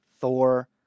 Thor